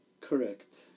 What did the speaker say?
Correct